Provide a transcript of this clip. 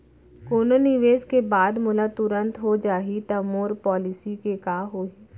कोनो निवेश के बाद मोला तुरंत हो जाही ता मोर पॉलिसी के का होही?